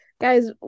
guys